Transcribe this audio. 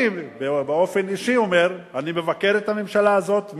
אני באופן אישי אומר: אני מבקר את הממשלה הזאת.